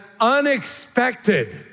unexpected